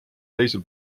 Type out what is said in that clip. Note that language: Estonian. teisel